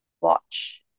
watch